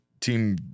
team